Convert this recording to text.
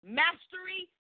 mastery